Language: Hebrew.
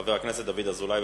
חבר הכנסת דוד אזולאי.